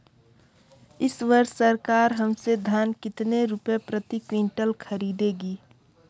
इस वर्ष सरकार हमसे धान कितने रुपए प्रति क्विंटल खरीदेगी?